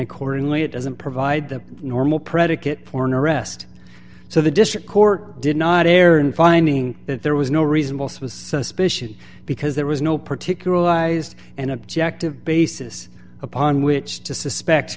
accordingly it doesn't provide the normal predicate porn arrest so the district court did not err in finding that there was no reasonable swiss suspicion because there was no particular an objective basis upon which to suspect